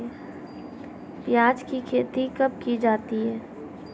प्याज़ की खेती कब की जाती है?